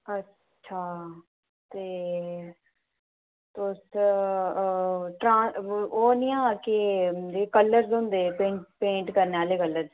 अच्छा ते तुस ट्रां ओ नि ऐ के जे कलर्स होंदे पेंट करने आह्ले कलर्स